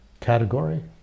category